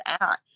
out